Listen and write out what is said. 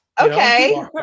Okay